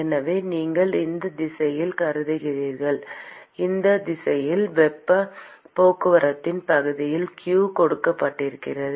எனவே நீங்கள் எந்த திசையில் கருதுகிறீர்களோ அந்தத் திசையில் வெப்பப் போக்குவரத்தின் பகுதியால் q கொடுக்கப்படுகிறது